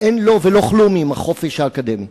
אין לו ולא כלום עם החופש האקדמי.